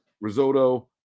risotto